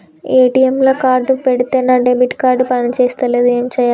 ATM లా card పెడితే నా డెబిట్ కార్డ్ పని చేస్తలేదు ఏం చేయాలే?